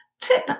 Tip